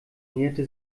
näherte